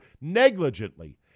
negligently